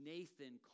Nathan